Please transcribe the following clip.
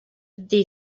they